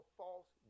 false